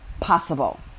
possible